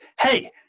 hey